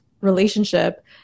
relationship